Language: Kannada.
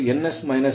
ಮತ್ತು s ns